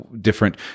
different